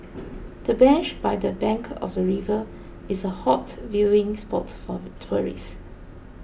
the bench by the bank of the river is a hot viewing spot for tourists